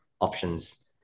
options